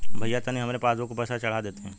भईया तनि हमरे पासबुक पर पैसा चढ़ा देती